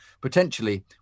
Potentially